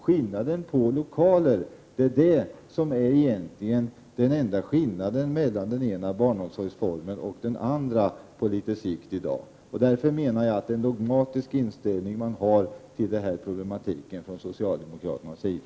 Skillnaden på lokaler kommer på litet sikt att bli den enda skillnaden mellan den ena barnomsorgsformen och den andra. Jag menar därför att man har en dogmatisk inställning till denna problematik ifrån socialdemokraternas sida.